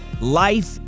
Life